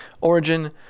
Origin